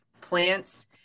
plants